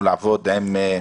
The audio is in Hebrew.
נמצא כאן.